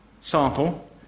sample